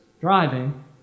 driving